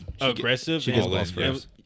aggressive